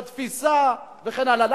בתפיסה וכן הלאה.